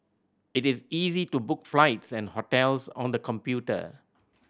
it is easy to book flights and hotels on the computer